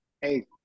Hey